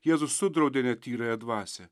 jėzus sudraudė netyrąją dvasią